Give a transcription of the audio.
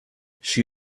she